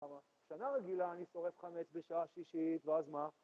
אבל בשנה רגילה אני שורף חמץ בשעה שישית ואז מה?